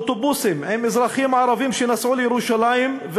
אוטובוסים עם אזרחים ערבים שנסעו לירושלים,